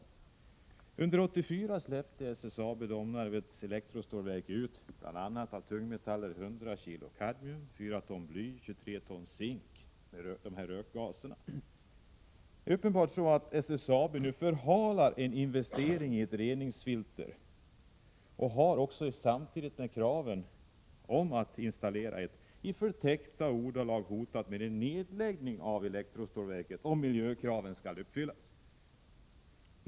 Under 1984 släppte SSAB Domnarvets elektrostålverk ut av Uppenbarligen är det så att SSAB nu förhalar en investering i ett reningsfilter. Företaget har också samtidigt som det mötts av kraven på installation av ett sådant filter hotat i förtäckta ordalag med nedläggning av elektrostålverket för den händelse att miljökraven måste uppfyllas.